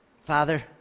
Father